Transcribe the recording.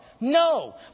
No